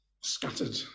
scattered